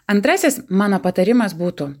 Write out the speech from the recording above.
antrasis mano patarimas būtų